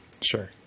Sure